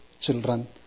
children